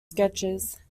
sketches